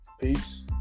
Peace